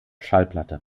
schallplatte